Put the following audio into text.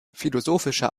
philosophischer